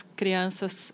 crianças